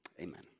Amen